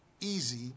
easy